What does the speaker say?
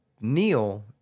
Neil